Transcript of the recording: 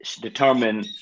determine